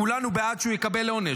כולנו בעד שהוא יקבל עונש.